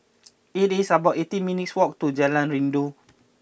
it is about eighteen minutes' walk to Jalan Rindu